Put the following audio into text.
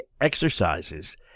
exercises